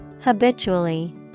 Habitually